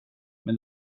men